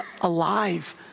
alive